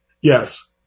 Yes